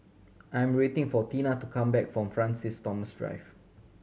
I'm waiting for Tina to come back from Francis Thomas Drive